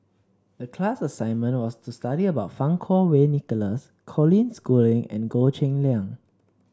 the class assignment was to study about Fang Kuo Wei Nicholas Colin Schooling and Goh Cheng Liang